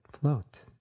float